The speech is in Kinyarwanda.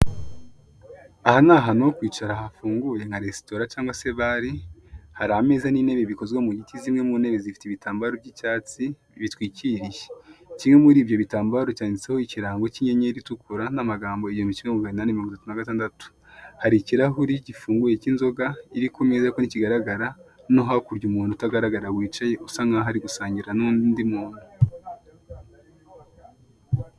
Aha ni hantu ho kwicara, hafunguye nka resitora cyangwa se bare, hari ameza n'intebe bikozwe mu biti, zimwe mu ntebe zifite ibitambaro by'icyatsi, bitwikiriye. Kimwe muri ibyo bitambaro cyanditseho ikirango cy'inyenyeri itukura, n'amagambo "Igihumbi kimwe, magana inani, mirongo itatu na gatandatu". Hari ikirahuri gifunguye cy'inzoga iri kumeza, kuko ntikigaragara, no hakurya umuntu utagaragara, wicaye, asa nk'aho ari gusangira n'undi muntu.